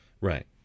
right